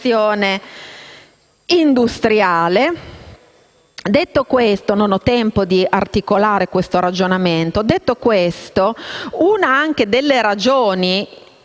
industriale, ma non ho tempo di articolare questo ragionamento. Detto questo, una delle ragioni